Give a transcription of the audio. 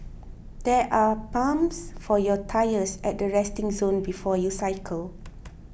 there are pumps for your tyres at the resting zone before you cycle